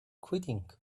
quitting